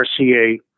RCA